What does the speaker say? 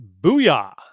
Booyah